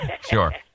Sure